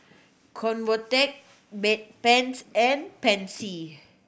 Convatec Bedpans and Pansy